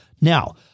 Now